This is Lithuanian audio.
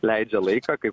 leidžia laiką kai